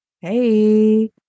Hey